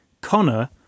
Connor